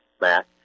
Matt